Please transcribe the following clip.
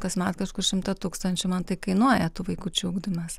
kasmet kažkur šimtą tūkstančių man tai kainuoja tų vaikučių ugdymas